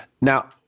Now